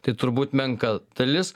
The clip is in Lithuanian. tai turbūt menka dalis